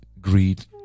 greed